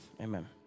Amen